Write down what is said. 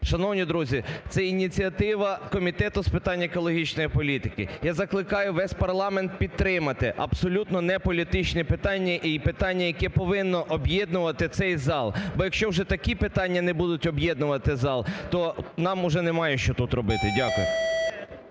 Шановні друзі, це ініціатива Комітету з питань екологічної політики. Я закликаю весь парламент підтримати абсолютно неполітичне питання і питання, яке повинно об'єднувати цей зал. Бо якщо вже такі питання не будуть об'єднувати зал, то нам уже немає, що тут робити. Дякую.